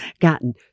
gotten